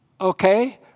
Okay